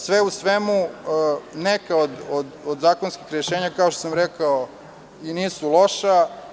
Sve u svemu, neka od zakonskih rešenja, kao što sam rekao, nisu loša.